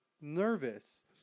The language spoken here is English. nervous